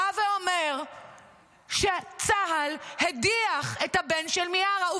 בא ואומר שצה"ל הדיח את הבן של מיארה.